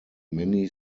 many